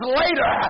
later